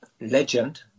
legend